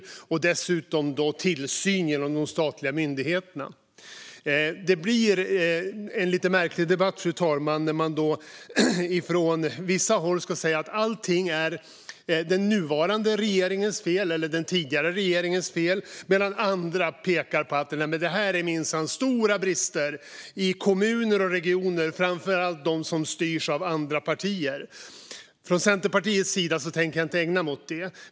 Staten utövar dessutom tillsyn genom de statliga myndigheterna. Det blir en lite märklig debatt, fru talman, när man från vissa håll ska säga att allting är den nuvarande regeringens fel eller den tidigare regeringens fel, medan andra pekar på att det finns stora brister hos kommuner och regioner - framför allt de som styrs av andra partier. Från Centerpartiets sida tänker vi inte ägna oss åt detta.